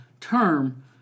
term